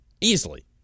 easily